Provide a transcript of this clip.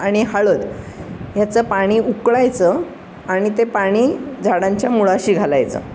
आणि हळद ह्याचं पाणी उकळायचं आणि ते पाणी झाडांच्या मुळाशी घालायचं